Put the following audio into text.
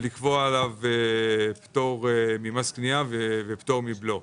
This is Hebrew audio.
לקבוע עליו פטור ממס קנייה ופטור מבלו.